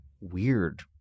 weird